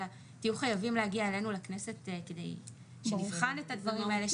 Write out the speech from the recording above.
אלא תהיו חייבים להגיע אלינו לכנסת כדי שנבחן את הדברים האלה,